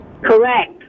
Correct